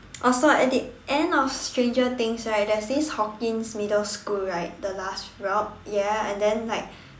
also at the end of Stranger Things right there is this Hawkins Middle School right the last route ya and then like